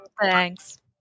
Thanks